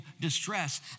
distress